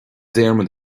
diarmaid